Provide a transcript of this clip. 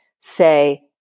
say